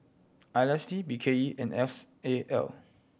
I S D B K E and S A L